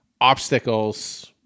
obstacles